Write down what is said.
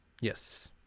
Yes